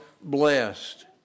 blessed